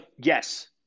yes